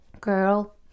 Girl